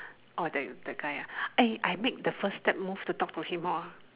oh that that guy ah eh I make the first step move to talk to him hor